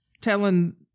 telling